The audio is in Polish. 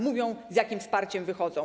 Mówią, z jakim wsparciem wychodzą.